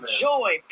joy